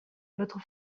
votre